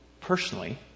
personally